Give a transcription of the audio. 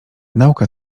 nauka